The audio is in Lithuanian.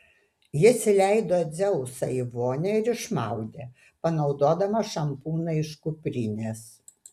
jis įleido dzeusą į vonią ir išmaudė panaudodamas šampūną iš kuprinės